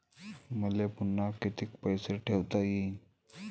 मले पुन्हा कितीक पैसे ठेवता येईन?